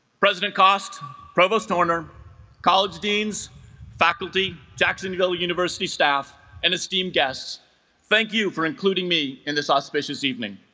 president cost provost horner college dean's faculty jacksonville university staff and esteemed guests thank you for including me in this auspicious evening